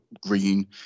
green